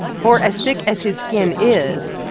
for as thick as his skin is,